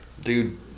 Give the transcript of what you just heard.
dude